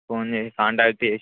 పోనీ కాంటాక్ట్ చేసి